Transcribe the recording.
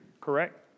correct